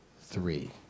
three